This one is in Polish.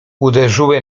uderzyły